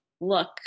look